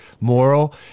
moral